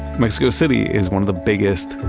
mexico city is one of the biggest,